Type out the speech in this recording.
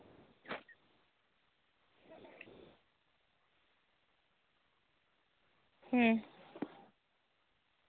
ᱦᱩᱸ